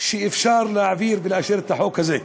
שאפשר יהיה להעביר ולאשר את החוק הזה.